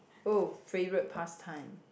oh favourite pastime